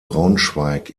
braunschweig